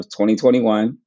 2021